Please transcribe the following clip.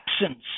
absence